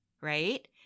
right